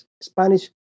Spanish